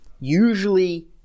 usually